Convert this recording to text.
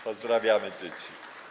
Pozdrawiamy dzieci.